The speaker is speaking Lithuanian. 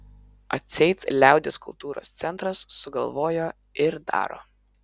atseit liaudies kultūros centras sugalvojo ir daro